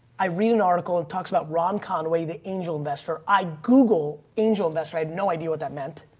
i read an article and talks about ron conway, the angel investor, i google angel investor. i had no idea what that meant.